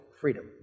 freedom